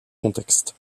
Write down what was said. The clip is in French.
contexte